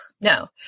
No